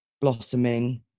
blossoming